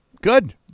Good